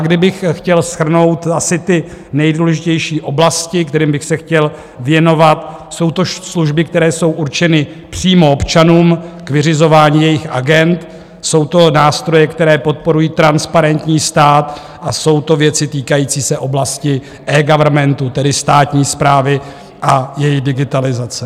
Kdybych chtěl shrnout asi ty nejdůležitější oblasti, kterým bych se chtěl věnovat, jsou to služby, které jsou určeny přímo občanům k vyřizování jejich agend, jsou to nástroje, které podporují transparentní stát, a jsou to věci týkající se oblasti eGovernmentu, tedy státní správy a digitalizace.